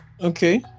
Okay